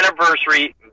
Anniversary